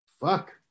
fuck